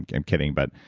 i'm kidding, but.